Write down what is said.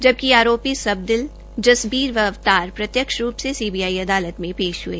जबकि आरोपी सबदिल जसबीर अवतार प्रत्यक्ष रूप से सीबीआई अदालत में पेश हुए